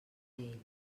ell